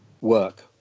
work